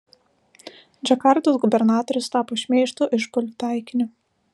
džakartos gubernatorius tapo šmeižto išpuolių taikiniu